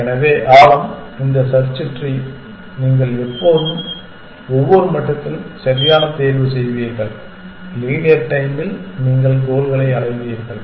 எனவே ஆழம் இந்த சர்ச் ட்ரீ நீங்கள் எப்போதும் ஒவ்வொரு மட்டத்திலும் சரியான தேர்வு செய்வீர்கள் லீனியர் டைம்மில் நீங்கள் கோல்களை அடைவீர்கள்